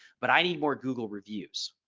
but i need more google reviews.